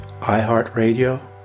iHeartRadio